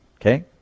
okay